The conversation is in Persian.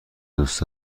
دوست